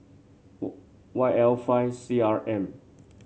were Y L five C R M